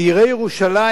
כדי ללמוד חינם,